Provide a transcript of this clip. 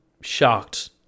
shocked